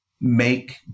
make